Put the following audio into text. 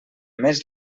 més